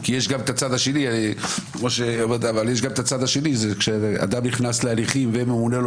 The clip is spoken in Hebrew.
כי יש גם הצד השני כשאדם נכנס להליכים וממונה לו